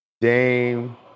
Dame